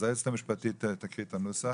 היועצת המשפטית תקריא את הנוסח.